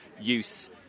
use